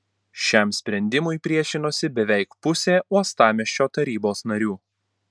šiam sprendimui priešinosi beveik pusė uostamiesčio tarybos narių